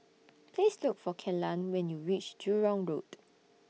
Please Look For Kellan when YOU REACH Jurong Road